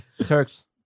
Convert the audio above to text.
Turks